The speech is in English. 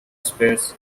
space